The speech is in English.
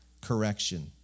correction